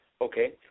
okay